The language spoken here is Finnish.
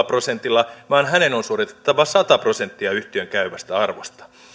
prosentilla vaan hänen on suoritettava sata prosenttia yhtiön käyvästä arvosta